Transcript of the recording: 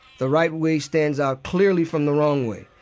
the right way stands out clearly from the wrong way.